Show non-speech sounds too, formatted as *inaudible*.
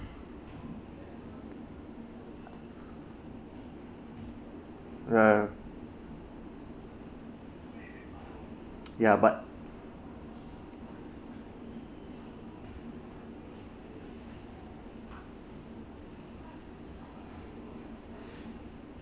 ya *noise* ya but